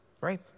Right